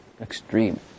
Extreme